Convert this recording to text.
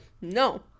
No